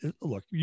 look